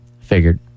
Figured